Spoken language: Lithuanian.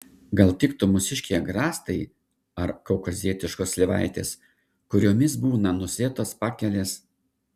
gal tiktų mūsiškiai agrastai ar kaukazietiškos slyvaitės kuriomis būna nusėtos pakelės